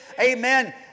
Amen